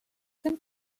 ten